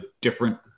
different